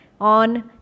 on